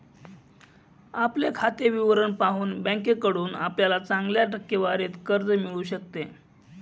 आपले खाते विवरण पाहून बँकेकडून आपल्याला चांगल्या टक्केवारीत कर्ज मिळू शकते